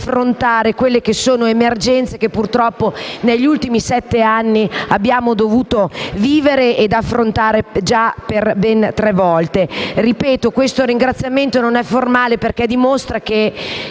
le emergenze che, purtroppo, negli ultimi sette anni, abbiamo dovuto vivere ed affrontare già per ben tre volte. Ripeto che il mio ringraziamento non è formale, perché dimostra che